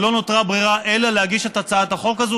ולא נותרה ברירה אלא להגיש את ההצעה הזאת,